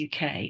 UK